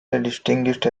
distinguished